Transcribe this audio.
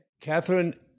Catherine